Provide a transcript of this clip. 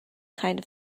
kind